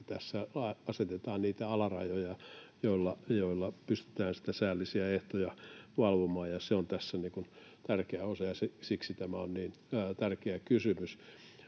tässä asetetaan niitä alarajoja, joilla pystytään sitten säällisiä ehtoja valvomaan. Se on tässä tärkeä osa, ja siksi tämä on niin tärkeä kysymys.